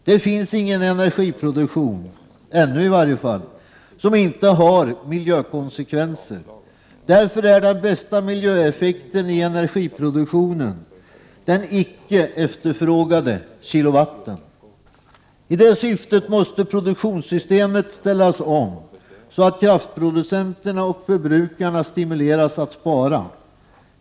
Det finns ingen energiproduktion — ännu — som inte har miljökonsekvenser. Därför är den bästa miljöeffekten i energiproduktionen den icke efterfrågade kilowatten. 39 I detta syfte måste produktionssystemet ställas om så, att kraftproducenterna och förbrukarna stimuleras att spara.